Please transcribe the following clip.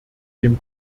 dem